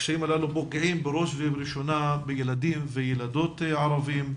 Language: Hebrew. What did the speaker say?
הקשיים האלה פוגעים בראש ובראשונה בילדים ובילדות ערביים,